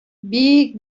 бик